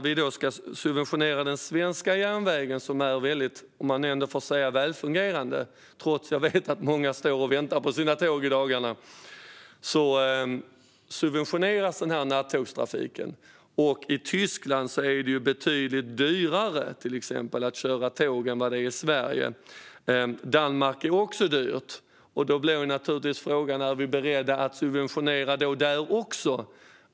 Vi subventionerar alltså den här nattågstrafiken och den svenska järnvägen som, trots att jag vet att många står och väntar på sina tåg i dagarna, ändå får sägas vara välfungerande. I Tyskland, till exempel, är det betydligt dyrare att köra tåg än vad det är i Sverige. I Danmark är det också dyrt, och då blir naturligtvis frågan: Är vi beredda att subventionera där också?